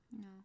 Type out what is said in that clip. No